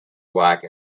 black